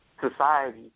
society